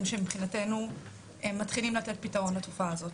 שמבחינתנו מתחילים לתת פתרון לתופעה הזאת: